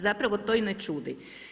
Zapravo to i ne čudi.